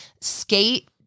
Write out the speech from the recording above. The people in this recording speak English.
skate